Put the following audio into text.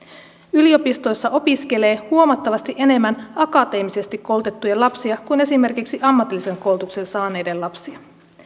yliopistoissa opiskelee huomattavasti enemmän akateemisesti koulutettujen lapsia kuin esimerkiksi ammatillisen koulutuksen saaneiden lapsia